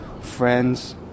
friends